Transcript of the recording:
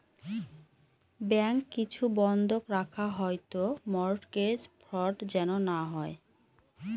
bank কিছু বন্ধক রাখা হয় তো মর্টগেজ ফ্রড যেন না হয়